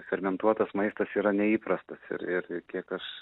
fermentuotas maistas yra neįprastas ir ir kiek aš